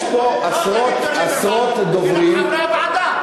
יש פה עשרות דוברים, את חברי הוועדה.